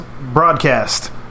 broadcast